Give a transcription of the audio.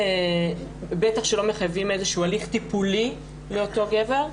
בטח שלא מחייבים איזה הליך טיפולי לאותו גבר.